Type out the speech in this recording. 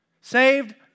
Saved